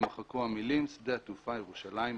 יימחקו המילים: "שדה תעופה ירושלים (עטרות)".